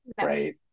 Right